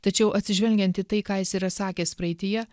tačiau atsižvelgiant į tai ką jis yra sakęs praeityje